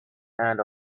and